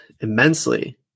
immensely